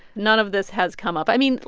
none of this has come up. i mean,